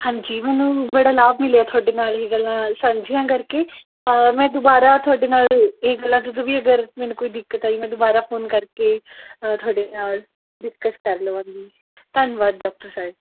ਹਾਂਜੀ ਮੈਨੂੰ ਬੜਾ ਲਾਭ ਮਿਲਿਆ ਤੁਹਾਡੇ ਨਾਲ ਇਹ ਗੱਲਾਂ ਸਾਂਝੀਆਂ ਕਰਕੇ ਮੈਂ ਦੁਬਾਰਾ ਤੁਹਾਡੇ ਨਾਲ ਇਹ ਗੱਲਾਂ ਜਦੋਂ ਵੀ ਅਗਰ ਮੈਨੂੰ ਕੋਈ ਦਿੱਕਤ ਆਈ ਮੈਂ ਦੁਬਾਰਾ ਫੋਨ ਕਰਕੇ ਤੁਹਾਡੇ ਨਾਲ ਡਿਸਕਸ ਕਰ ਲਵਾਂਗੀ ਧੰਨਵਾਦ ਡਾਕਟਰ ਸਾਹਿਬ